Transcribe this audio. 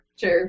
Sure